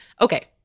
Okay